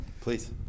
Please